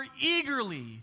eagerly